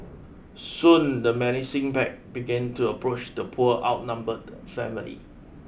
soon the menacing pack began to approach the poor outnumbered family